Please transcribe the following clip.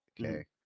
Okay